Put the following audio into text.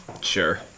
sure